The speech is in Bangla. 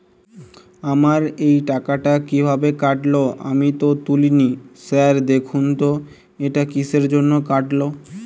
আমার এই টাকাটা কীভাবে কাটল আমি তো তুলিনি স্যার দেখুন তো এটা কিসের জন্য কাটল?